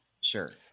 Sure